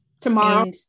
Tomorrow